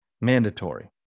Mandatory